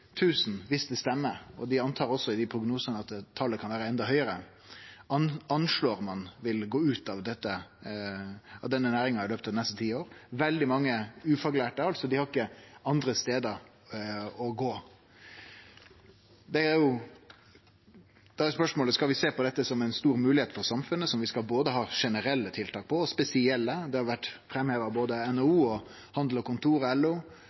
viss det stemmer, ein antar også i prognosane at talet kan vere enda høgare – vil gå ut av denne næringa i løpet av dei neste ti åra. Veldig mange er ufaglærte, dei har altså ikkje andre stader å gå. Da er spørsmålet: Skal vi sjå på dette som ei stor moglegheit for samfunnet, som vi skal ha både generelle og spesielle tiltak for? Det har vore framheva av både NHO, Handel og Kontor og